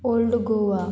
old Goa